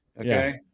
Okay